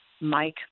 Mike